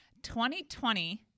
2020